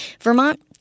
Vermont